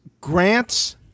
Grant's